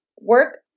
work